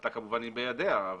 ההחלטה כמובן היא בידיה.